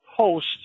post